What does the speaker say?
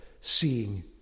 seeing